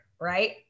right